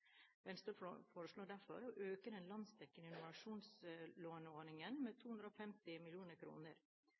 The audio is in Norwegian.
Venstre foreslår derfor å øke den landsdekkende innovasjonslåneordningen med 250